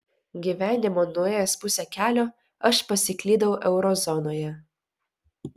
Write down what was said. gyvenimo nuėjęs pusę kelio aš pasiklydau eurozonoje